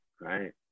right